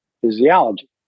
physiology